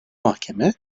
mahkeme